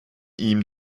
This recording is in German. ihm